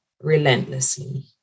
relentlessly